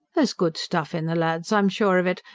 there's good stuff in the lads, i'm sure of it.